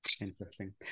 Interesting